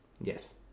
Yes